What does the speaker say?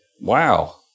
Wow